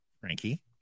Frankie